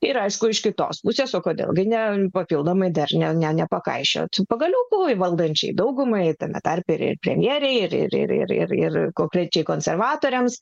ir aišku iš kitos pusės o kodėl gi ne papildomai dar ne ne nepakaišiot pagaliukų valdančiai daugumai tame tarpe ir premjerei ir ir ir ir ir ir konkrečiai konservatoriams